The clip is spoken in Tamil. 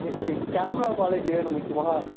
சே கேமரா குவாலிட்டி வேணும் முக்கியமாக